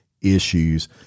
issues